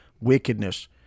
wickedness